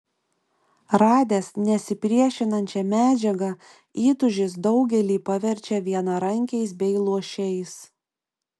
radęs nesipriešinančią medžiagą įtūžis daugelį paverčia vienarankiais bei luošiais